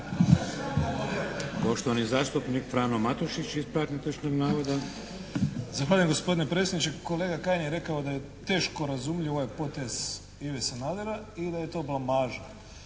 Poštovani zastupnik Frano Matušić, ispravak netočnog navoda. **Matušić, Frano (HDZ)** Zahvaljujem gospodine predsjedniče. Kolega Kajin je rekao da je teško razumljiv ovaj potez Ive Sanadera i da je to blamaža.